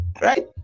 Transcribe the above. right